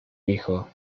hijo